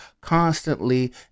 constantly